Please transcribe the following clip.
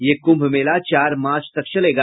यह कुंभ मेला चार मार्च तक चलेगा